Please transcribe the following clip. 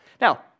Now